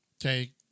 okay